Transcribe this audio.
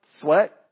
sweat